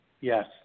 Yes